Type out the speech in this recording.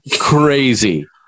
crazy